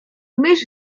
mysz